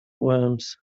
worms